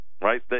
right